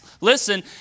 Listen